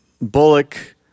Bullock